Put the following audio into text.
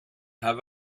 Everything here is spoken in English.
have